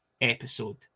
Episode